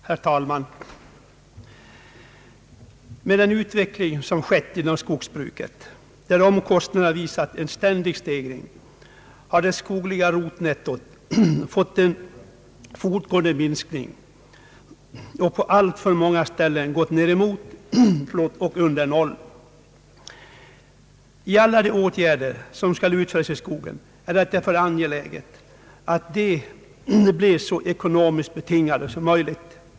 Herr talman! Med den utveckling som ägt rum inom skogsbruket, där omkostnaderna visat en ständig stegring, har det skogliga rotnettot undergått en fortgående minskning och på allt för många ställen gått ned emot och under noll. För alla de åtgärder som skall utföras i skogen är det därför angeläget att de blir så ekonomiskt betingade som möjligt.